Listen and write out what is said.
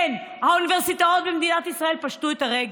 אין, האוניברסיטאות במדינת ישראל פשטו את הרגל,